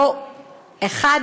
לא (1),